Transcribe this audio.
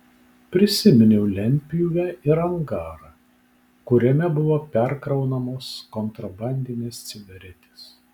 prisiminiau lentpjūvę ir angarą kuriame buvo perkraunamos kontrabandinės cigaretės